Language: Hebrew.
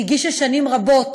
שהגישה שנים רבות